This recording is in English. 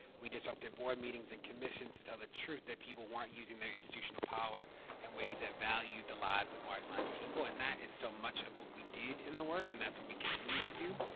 we disrupt board meetings and commissions to tell the truth that people weren't using their institutional power in ways that values the lives of marginalized people, and that is so much of what we did in the work, and that's what we continue to do.